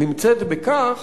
נמצאת בכך